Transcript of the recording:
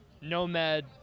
Nomad